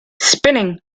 spinning